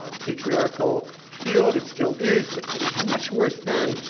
ah patriarchal field, it still is, but it was much worse then.